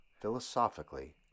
Philosophically